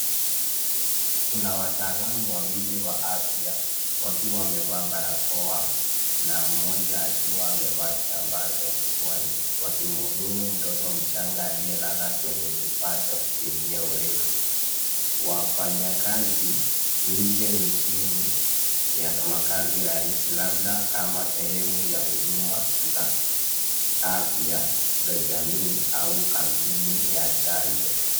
Kuna wataalamu wawili wa afya wakiwa wamevaa barakoa na mmoja akiwa amevaa kitambaa cha kichwani wakimhudumu mtoto mchanga aliyelala kwenye kifaa cha kupimia urefu. Wafanyakazi nje nchini ya makazi rahisi labda kama sehemu ya huduma za afya za jamii au kampeni ya chanjo.